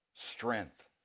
strength